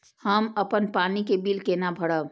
हम अपन पानी के बिल केना भरब?